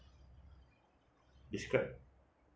describe